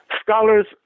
scholars